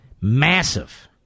Massive